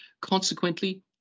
Consequently